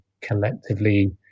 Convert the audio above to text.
collectively